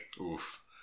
Oof